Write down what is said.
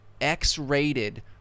X-rated